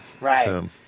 Right